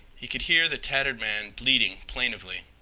he could hear the tattered man bleating plaintively.